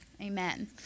Amen